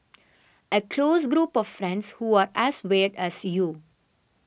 a close group of friends who are as weird as you